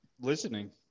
listening